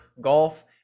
golf